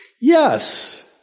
Yes